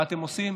מה אתם עושים?